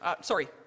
Sorry